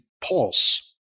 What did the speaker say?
pulse